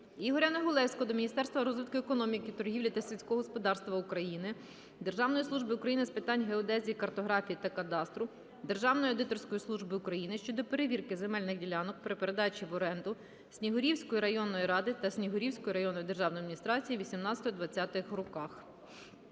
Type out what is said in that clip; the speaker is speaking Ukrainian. Ігоря Негулевського до Міністерства розвитку економіки, торгівлі та сільського господарства України, Державної служби України з питань геодезії, картографії та кадастру, Державної аудиторської служби України щодо перевірки земельних ділянок при передачі в оренду Снігурівської районної ради та Снігурівської районної державної адміністрації з 2018-2020 рр.